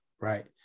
right